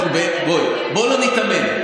בואו לא ניתמם,